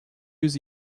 yüz